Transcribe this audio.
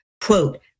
quote